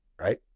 right